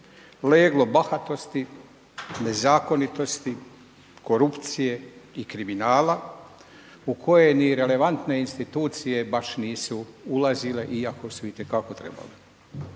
leglo bahatosti, nezakonitosti, korupcije i kriminala u kojem ni relevantne institucije baš nisu ulazile iako su itekako trebale.